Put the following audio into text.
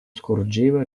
scorgeva